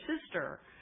sister